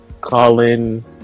Colin